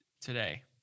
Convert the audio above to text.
today